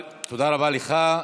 תודה רבה לך.